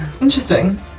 Interesting